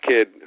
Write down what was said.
kid